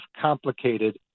complicated